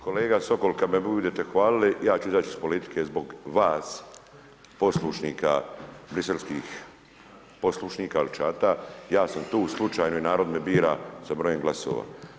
Kolega Sokol kada me budete hvalili ja ću izaći iz politike zbog vas poslušnika briselskih poslušnika ili čata, ja sam tu slučajno i narod me bira sa brojem glasova.